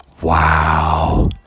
Wow